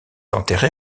enterré